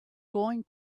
going